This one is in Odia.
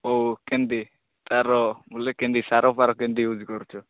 ଓଃ କେମିତି ତାର ବୋଲେ କେମିତି ସାର ଫାର କେମିତି ଇଉଜ୍ କରୁଛନ୍ତି